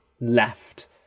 left